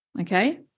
okay